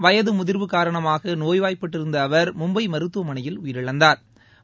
வயது முதிர்வு காரணமாக நோய்வாய்பட்டிருந்த அவர் மும்பை மருத்துவமனையில் உயிரிழந்தாா்